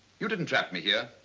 you didn't trap me here.